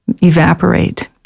evaporate